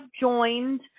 joined